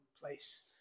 place